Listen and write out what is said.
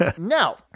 Now